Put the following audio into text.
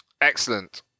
Excellent